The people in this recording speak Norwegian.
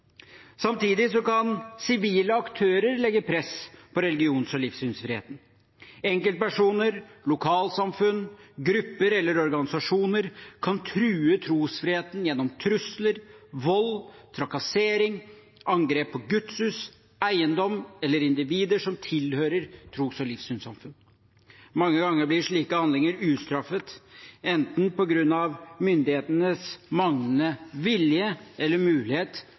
kan sivile aktører legge press på religions- og livssynsfriheten. Enkeltpersoner, lokalsamfunn, grupper eller organisasjoner kan true trosfriheten gjennom trusler, vold, trakassering, angrep på gudshus, eiendom eller individer som tilhører tros- og livssynssamfunn. Mange ganger blir slike handlinger ustraffet på grunn av at myndighetene mangler enten vilje eller mulighet